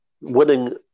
winning